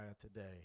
today